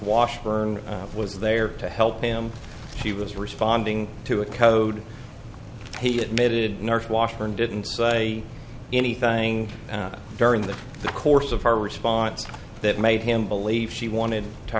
washburn was there to help him she was responding to a code he admitted north washburn didn't say anything during the course of her response that made him believe she wanted to